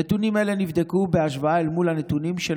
הנתונים האלה נבדקו בהשוואה לנתונים של